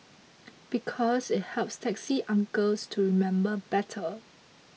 because it helps taxi uncles to remember better